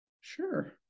sure